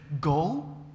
Go